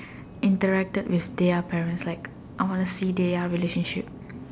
interacted with their parents like I wanna see their relationship